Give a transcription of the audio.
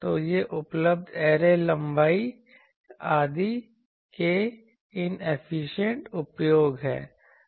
तो ये उपलब्ध ऐरे लंबाई आदि के इनएफिशिएंट उपयोग हैं